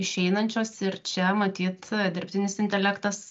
išeinančios ir čia matyt dirbtinis intelektas